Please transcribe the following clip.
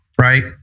right